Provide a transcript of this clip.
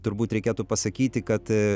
turbūt reikėtų pasakyti kad